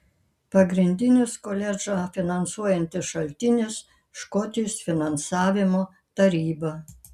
pagrindinis koledžą finansuojantis šaltinis škotijos finansavimo taryba